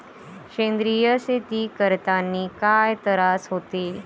सेंद्रिय शेती करतांनी काय तरास होते?